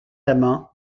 amand